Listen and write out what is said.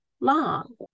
long